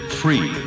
free